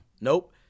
Nope